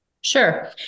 Sure